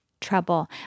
trouble